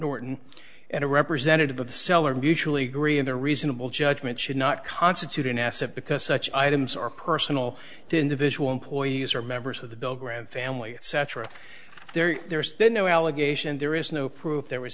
norton and a representative of the seller mutually agree in the reasonable judgment should not constitute an asset because such items are personal to individual employees or members of the bill graham family etc there there's been no allegation there is no proof there was